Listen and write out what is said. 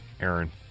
Aaron